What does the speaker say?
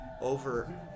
over